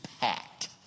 packed